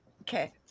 Okay